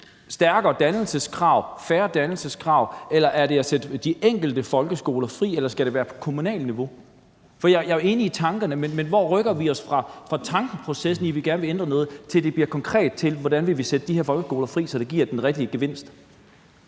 stærkere dannelseskrav, færre dannelseskrav? Er løsningen at sætte de enkelte folkeskoler fri, eller skal det være på kommunalt niveau? For jeg er jo enig i tankerne, men hvor rykker vi os fra tankeprocessen, i forhold til at vi gerne vil ændre noget, til, at det bliver konkret, i forhold til hvordan vi vil sætte de her folkeskoler fri, så det giver den rigtige gevinst?